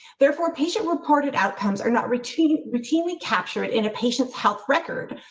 therefore, patient reported outcomes are not retaining routinely captured in a patients health record.